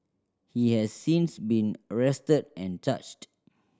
he has since been arrested and charged